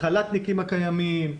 החל"תניקים הקיימים,